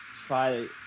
Try